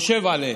עומד עליה.